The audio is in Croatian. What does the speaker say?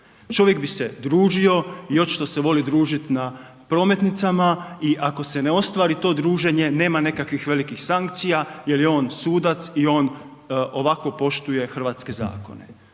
Čovjek bi se družio i očito se voli družiti na prometnicama i ako se ne ostvari to druženje, nema nekakvih velikih sankcija jer je on sudac i on ovako poštuje hrvatske zakone.